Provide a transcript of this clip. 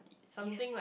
yes